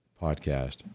podcast